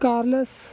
charles